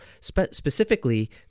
Specifically